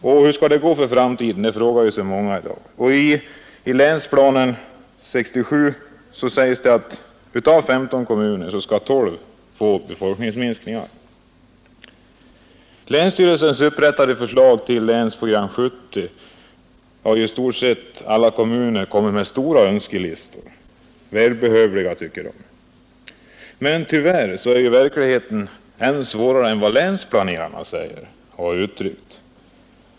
Många frågar sig hur det skall gå i framtiden. I Länsplan 67 sägs att av 15 kommuner skall 12 få befolkningsminskningar. I länsstyrelsens upprättade förslag till Länsprogram 70 har i stort sett alla kommuner kommit med omfattande önskelistor — välbehövliga tycker de, Tyvärr är verkligheten svårare än vad länsplanerarna har sagt.